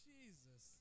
Jesus